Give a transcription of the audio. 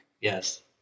Yes